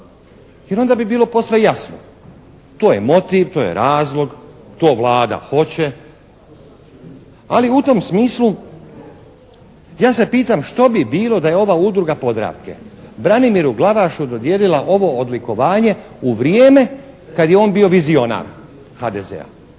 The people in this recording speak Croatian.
jer onda bi bilo posve jasno, to je motiv, to je razlog, to Vlada hoće ali u tom smislu ja se pitam što bi bilo da je ova Udruga Podravke Branimiru Glavašu dodijelila ovo odlikovanje u vrijeme kad je on bio vizionar HDZ-a.